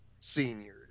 Seniors